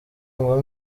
ngo